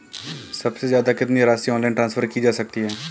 सबसे ज़्यादा कितनी राशि ऑनलाइन ट्रांसफर की जा सकती है?